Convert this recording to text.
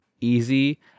easy